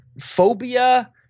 phobia